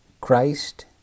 Christ